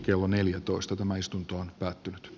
kello neljätoista tämän täysin selvä